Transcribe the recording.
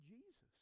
Jesus